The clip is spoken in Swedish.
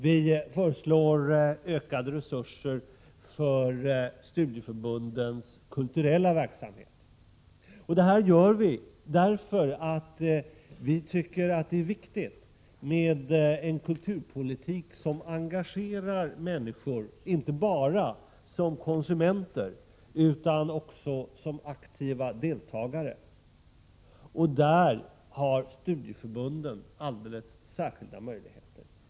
Vi föreslår ökade resurser för studieförbundens kulturella verksamhet. Detta gör vi därför att vi tycker att det är viktigt med en kulturpolitik som engagerar människor inte bara som konsumenter utan också som aktiva deltagare. Där har studieförbunden alldeles särskilda möjligheter. Det är ett — Prot.